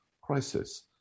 crisis